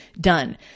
done